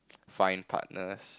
find partners